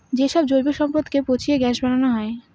যে সব জৈব সম্পদকে পচিয়ে গ্যাস বানানো হয়